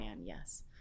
yes